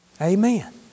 Amen